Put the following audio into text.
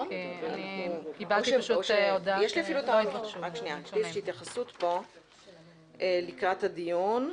יש לי אפילו התייחסות פה לקראת הדיון,